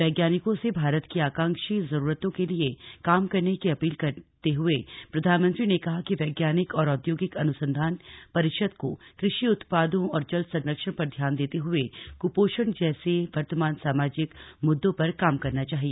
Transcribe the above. वैज्ञानिकों से भारत की आकांक्षी जरूरतों के लिए काम करने की अपील करते हुए प्रधानमंत्री ने कहा कि वैज्ञानिक और औद्योगिक अनुसंधान परिषद को कृषि उत्पादों और जल संरक्षण पर ध्यान देते हुए कृपोषण जैसे वर्तमान सामाजिक मुद्दों पर काम करना चाहिए